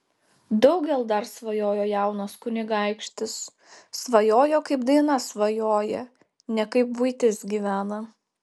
daugel dar svajojo jaunas kunigaikštis svajojo kaip daina svajoja ne kaip buitis gyvena